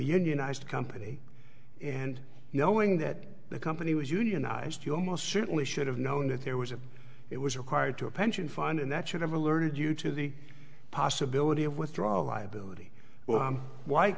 unionized company and knowing that the company was unionized you almost certainly should have known that there was a it was required to a pension fund and that should have alerted you to the possibility of withdrawal liability w